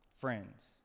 Friends